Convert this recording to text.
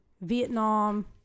Vietnam